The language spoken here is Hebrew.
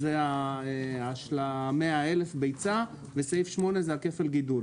זה ה-100,000 ביצה וסעיף 8 זה כפל הגידול.